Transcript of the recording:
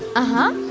uh-huh.